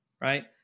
right